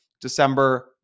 December